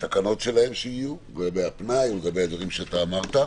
התקנות שיהיו, לגבי הפנאי ולגבי הדברים שאתה אמרת.